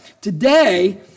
today